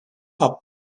hop